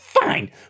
Fine